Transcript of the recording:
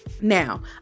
Now